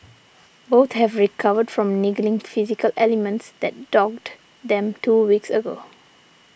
both have recovered from niggling physical ailments that dogged them two weeks ago